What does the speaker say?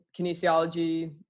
kinesiology